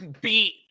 beat